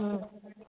हँ